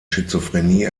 schizophrenie